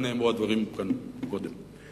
ונאמרו הדברים כאן קודם.